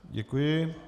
Děkuji.